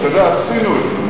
אתה יודע, עשינו את זה.